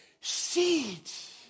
Seeds